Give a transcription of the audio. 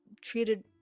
treated